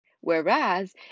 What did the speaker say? Whereas